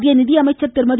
மத்திய நிதியமைச்சா் திருமதி